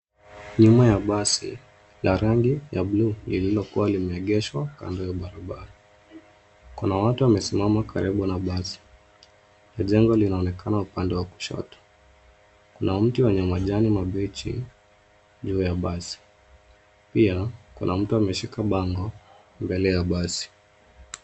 Nyuma ya basi la rangi ya buluu lililokuwa limeegeshwa kando ya barabara. Kuna watu wamesimama kando ya basi, jengo linaonekana upande wa kushotoo. Kuna mti wenye majani mabichi juu ya basi. Pia kuna mtu ameshika bango mbele ya basi.